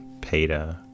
Peter